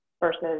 versus